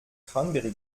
cranberry